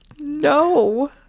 No